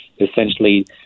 essentially